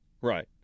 right